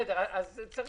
צריך